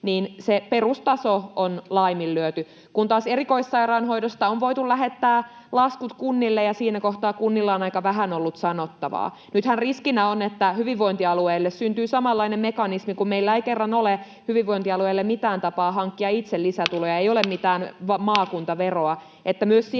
niin se perustaso on laiminlyöty, kun taas erikoissairaanhoidosta on voitu lähettää laskut kunnille, ja siinä kohtaa kunnilla on aika vähän ollut sanottavaa. Nythän riskinä on, että hyvinvointialueille syntyy samanlainen mekanismi — kun meillä ei kerran ole hyvinvointialueilla mitään tapaa hankkia itse lisätuloja, ei ole